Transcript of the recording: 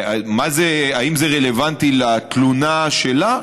האם זה רלוונטי לתלונה שלה?